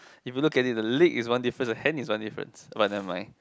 if you look at it the leg is one different the hand is one difference but never mind